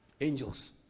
angels